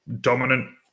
dominant